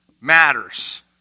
matters